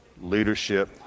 leadership